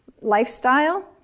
lifestyle